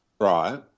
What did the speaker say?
right